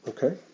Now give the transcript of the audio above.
Okay